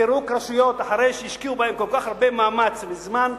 פירוק רשויות אחרי שהשקיעו בהן כל כך הרבה מאמץ וזמן,